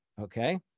Okay